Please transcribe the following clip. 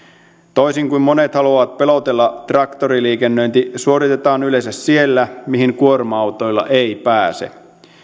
toisin kuin monet haluavat pelotella traktoriliikennöinti suoritetaan yleensä siellä mihin kuorma autoilla ei pääse